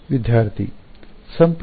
ವಿದ್ಯಾರ್ಥಿ ಸಂಪುಟ